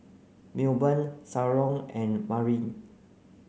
Milburn Shalon and Marin